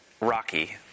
rocky